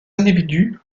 individus